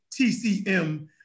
TCM